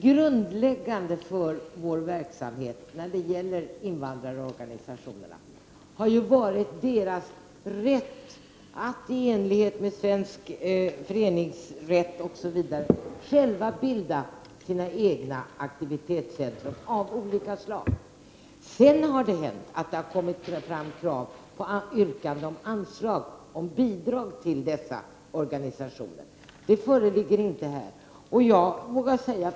Grundläggande för vår inställning när det gäller invandrarorganisationer har varit deras rätt att i enlighet med svensk föreningsrätt själva bilda sina egna aktivitetscentra av olika slag. Sedan har det hänt att det kommit fram yrkanden om bidrag till dessa organisationer. Det föreligger inte något sådant yrkande här.